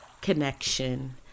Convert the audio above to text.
connection